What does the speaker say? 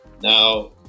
Now